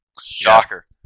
Shocker